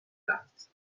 رفت